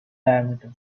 diameter